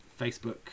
Facebook